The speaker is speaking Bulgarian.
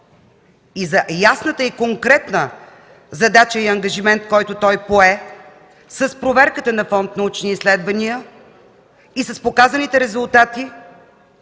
за ясната и конкретна задача и ангажимент, които той пое с проверката на Фонд „Научни изследвания” и с показаните резултати